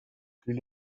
plus